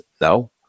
No